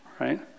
Right